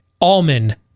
almond